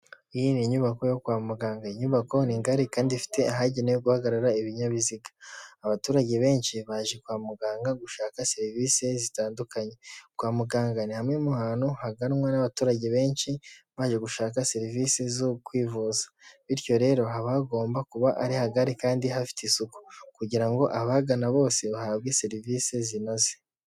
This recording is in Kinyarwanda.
Iyi ni inyubako yo kwa muganga inyubako ni ngari kandi ifite ahagenewe guhagarara ibinyabiziga, abaturage benshi baje kwa muganga gushaka serivisi zitandukanye kwa muganga ni hamwe mu hantu haganwa n'abaturage benshi baje gushaka serivisi zo kwivuza bityo rero haba hagomba kuba ari hagari kandi hafite isuku kugira ngo abagana bose bahabwe serivisi zinoze.